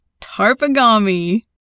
Tarpagami